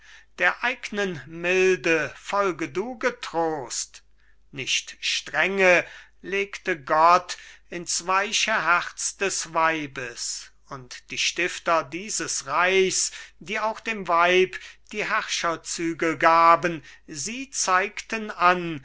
der eignen milde folge du getrost nicht strenge legte gott ins weiche herz des weibes und die stifter dieses reichs die auch dem weib die herrscherzügel gaben sie zeigten an